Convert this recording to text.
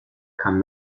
kann